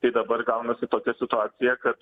tai dabar gaunasi tokia situacija kad